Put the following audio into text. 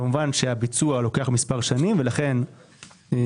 כמובן שהביצוע לוקח מספר שנים ולכן התחילו